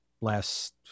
last –